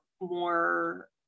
more